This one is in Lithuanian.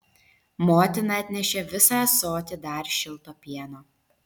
motina atnešė visą ąsotį dar šilto pieno